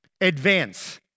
advance